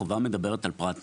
החובה מדברת על פרט מזהה.